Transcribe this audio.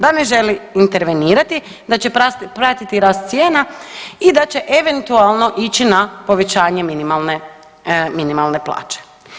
Da ne želi intervenirati, da će pratiti rast cijena i da će eventualno ići na povećanje minimalne, minimalne plaće.